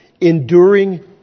enduring